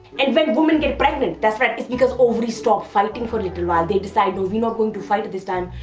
and when a woman gets pregnant, that's right, it's because ovaries stopped fighting for a little while. they decide, we're not going to fight at this time.